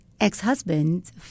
ex-husband